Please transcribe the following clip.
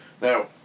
Now